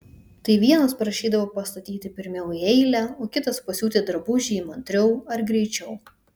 tai vienas prašydavo pastatyti pirmiau į eilę o kitas pasiūti drabužį įmantriau ar greičiau